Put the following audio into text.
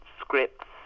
scripts